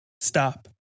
Stop